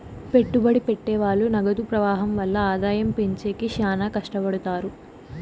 పెట్టుబడి పెట్టె వాళ్ళు నగదు ప్రవాహం వల్ల ఆదాయం పెంచేకి శ్యానా కట్టపడుతారు